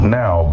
now